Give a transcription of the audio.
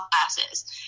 classes